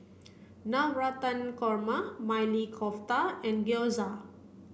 Navratan Korma Maili Kofta and Gyoza